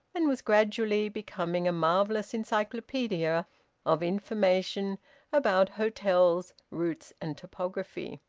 and was gradually becoming a marvellous encyclopaedia of information about hotels, routes, and topography.